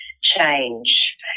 change